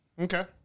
Okay